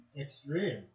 Extreme